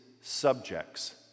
subjects